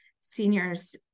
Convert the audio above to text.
seniors